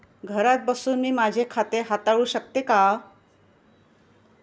घरात बसून मी माझे खाते हाताळू शकते का?